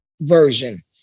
version